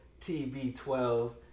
TB12